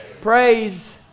praise